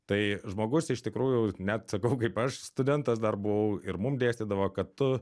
tai žmogus iš tikrųjų net sakau kaip aš studentas dar buvau ir mum dėstydavo kad tu